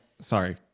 Sorry